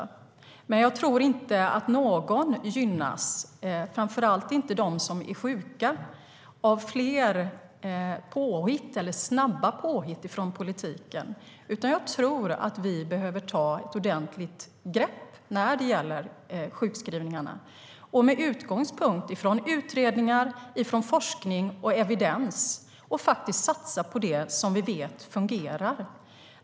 Men jag tror inte att någon gynnas, framför allt inte de som är sjuka, av fler snabba påhitt från politiken. Jag tror i stället att vi behöver ta ett ordentligt grepp när det gäller sjukskrivningarna med utgångspunkt i utredningar, forskning och evidens och faktiskt satsa på det som vi vet fungerar.